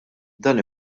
dan